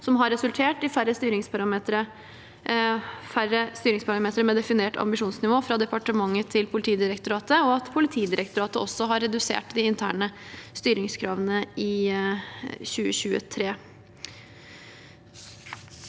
som har resultert i færre styringsparametere med definert ambisjonsnivå fra departementet til Politidirektoratet, og at Politidirektoratet også har redusert de interne styringskravene i 2023.